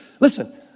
Listen